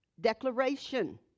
declaration